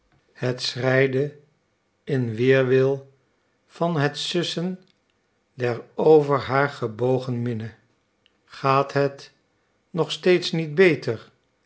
het schreide in weerwil van het sussen der over haar gebogen minne gaat het nog steeds niet beter